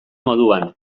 moduan